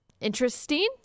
interesting